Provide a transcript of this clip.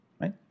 right